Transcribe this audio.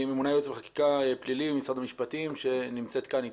ממונה ייעוץ וחקיקה פלילי במשרד המשפטים שנמצאת כאן איתנו.